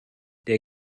der